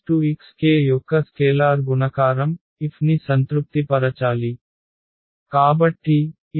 k యొక్క స్కేలార్ గుణకారం F ని సంతృప్తి పరచాలి